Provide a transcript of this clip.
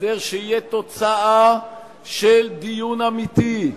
הסדר שיהיה תוצאה של דיון אמיתי,